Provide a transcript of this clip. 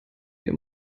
wir